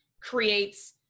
creates